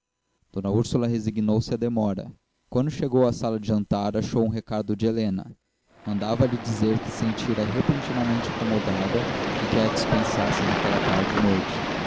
d úrsula resignou-se à demora quando chegou à sala de jantar achou um recado de helena mandava-lhe dizer que se sentira repentinamente incomodada e que a dispensasse naquela tarde e noite